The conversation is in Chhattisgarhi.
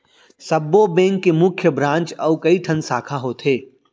सब्बो बेंक के मुख्य ब्रांच अउ कइठन साखा होथे